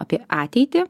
apie ateitį